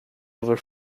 over